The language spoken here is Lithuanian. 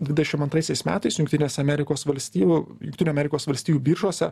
dvidešim antraisiais metais jungtinės amerikos valstijų jungtinių amerikos valstijų biržose